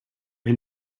him